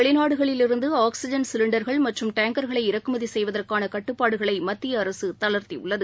வெளிநாடுகளிலிருந்து இந்நிலையில் ஆக்ஸிஜன் சிலிண்டர்கள் மற்றும் டேங்கர்களை இறக்குமதிசெய்வதற்கானகட்டுப்பாடுகளைமத்திய அரசுதளர்த்திஉள்ளது